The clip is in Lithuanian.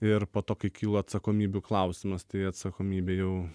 ir po to kai kyla atsakomybių klausimas tai atsakomybė jau